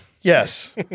Yes